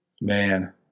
Man